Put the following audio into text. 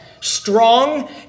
strong